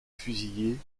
fusillés